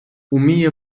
уміє